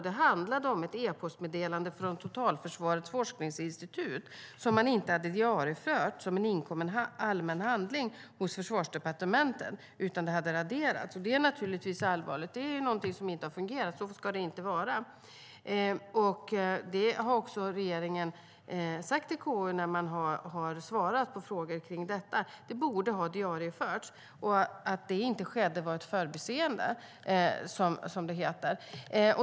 Det handlade om ett e-postmeddelande från Totalförsvarets forskningsinstitut som inte hade diarieförts som en inkommen allmän handling hos Försvarsdepartementet, utan det hade raderats. Det är naturligtvis allvarligt. Det är något som inte har fungerat, och så ska det inte vara. Regeringen har också sagt till KU, när man svarat på frågor om detta, att det borde ha diarieförts och att det inte skedde var ett förbiseende, som det heter.